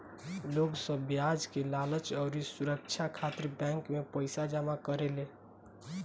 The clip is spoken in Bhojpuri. लोग सब ब्याज के लालच अउरी सुरछा खातिर बैंक मे पईसा जमा करेले